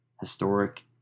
historic